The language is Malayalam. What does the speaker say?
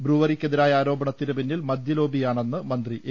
ബ്രൂവറിക്കെ തിരായ് ആരോപണത്തിന് പിന്നിൽ മദ്യലോബിയാ ണെന്ന് മന്ത്രി എ